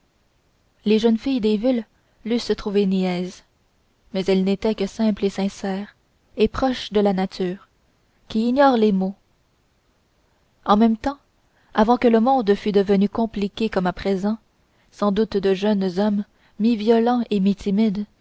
les jeunes filles des villes l'eussent trouvée niaise mais elle n'était que simple et sincère et proche de la nature qui ignore les mots en d'autres temps avant que le monde fût devenu compliqué comme à présent sans doute de jeunes hommes mi violents et